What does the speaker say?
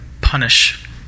punish